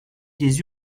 des